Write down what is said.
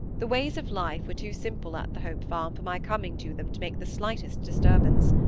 the ways of life were too simple at the hope farm for my coming to them to make the slightest disturbance.